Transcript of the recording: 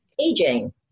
aging